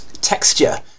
texture